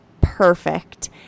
perfect